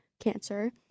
cancer